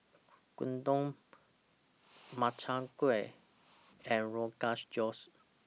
Gyudon Makchang Gui and Rogans Josh